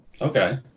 Okay